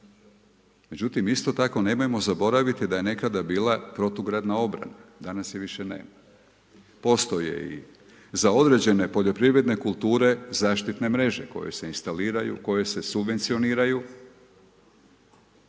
Međutim isto tako nemojmo zaboraviti da je nekada bila protugradna obrana, danas je više nema. Postoje i za određene poljoprivredne kulture zaštitne mreže koje se instaliraju, koje se subvencioniraju,